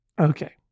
Okay